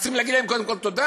אז צריך להגיד להם קודם כול תודה.